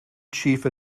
chief